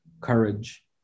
courage